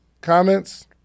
comments